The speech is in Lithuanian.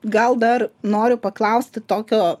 gal dar noriu paklausti tokio